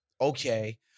Okay